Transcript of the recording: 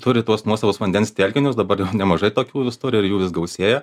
turi tuos nuosavus vandens telkinius dabar jau nemažai tokių vis turi ir jų vis gausėja